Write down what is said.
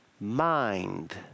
Mind